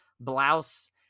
blouse